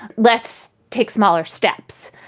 let's take smaller steps.